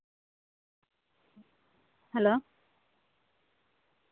hello